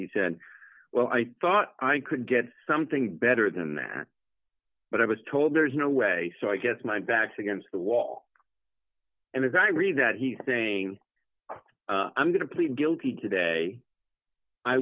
he said well i thought i could get something better than that but i was told there's no way so i guess my back's against the wall and as i read that he's saying i'm going to plead guilty today i